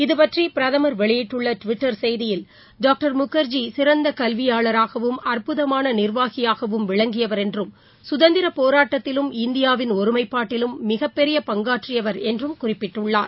இதபற்றிபிரதமா் வெளியிட்டுள்ளடுவிட்டர் செய்தியில் டாக்டர் முகர்ஜி சிறந்தகல்வியாளராகவும் அற்புதமானநிர்வாகியாகவும் விளங்கியவர் என்றும் போராட்டத்திலும் இந்தியாவின் ஒருமைப்பாட்டிலும் மிகப்பெரிய பங்காற்றியவர் என்றும் குறிப்பிட்டுள்ளார்